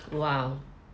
!wow!